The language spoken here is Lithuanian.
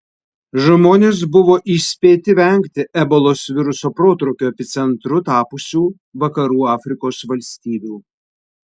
žmonės buvo įspėti vengti ebolos viruso protrūkio epicentru tapusių vakarų afrikos valstybių